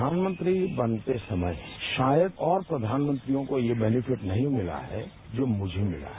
प्रधानमंत्री बनते समय शायद और प्रधानमंत्रियों को ये बेनिफिट नहीं मिला है जो मुझे मिला है